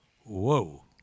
Whoa